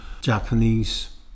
Japanese